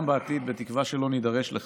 גם בעתיד, בתקווה שלא נידרש לכך,